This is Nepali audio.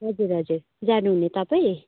हजुर हजुर जानुहुने तपाईँ